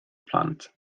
plant